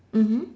mmhmm